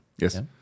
Yes